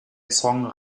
song